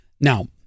Now